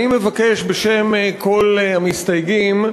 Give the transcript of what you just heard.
אני מבקש, בשם כל המסתייגים,